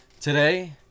Today